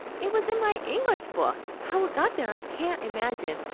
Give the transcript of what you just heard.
it was in my english book. how it got there i can't imagine.